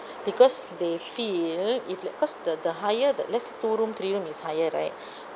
because they feel if let because the the higher the let's say two room three room is higher right